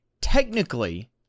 technically